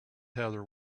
heather